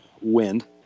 wind